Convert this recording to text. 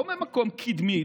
לא ממקום קדמי,